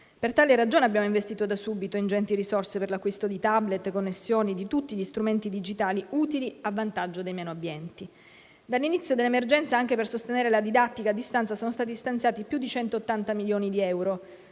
Per tale ragione, abbiamo investito da subito ingenti risorse per l'acquisto di *tablet*, di connessioni e di tutti gli strumenti digitali utili a vantaggio dei meno abbienti. Dall'inizio dell'emergenza, anche per sostenere la didattica a distanza, sono stati stanziati più di 180 milioni di euro;